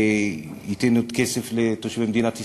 ייתן עוד כסף לתושבי מדינת ישראל,